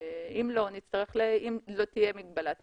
אם לא תהיה מגבלה טכנית,